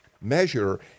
measure